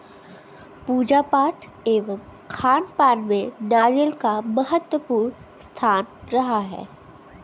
पूजा पाठ एवं खानपान में नारियल का महत्वपूर्ण स्थान रहा है